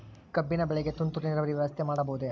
ಕಬ್ಬಿನ ಬೆಳೆಗೆ ತುಂತುರು ನೇರಾವರಿ ವ್ಯವಸ್ಥೆ ಮಾಡಬಹುದೇ?